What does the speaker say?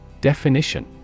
Definition